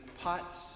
pots